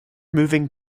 moving